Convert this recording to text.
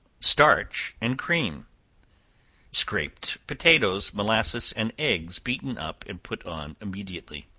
starch and cream scraped potatoes, molasses, and eggs beaten up and put on immediately.